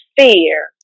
fear